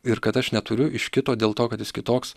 ir kad aš neturiu iš kito dėl to kad jis kitoks